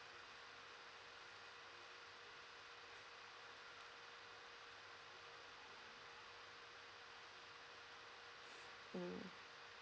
mm